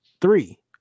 three